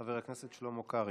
חבר הכנסת שלמה קרעי.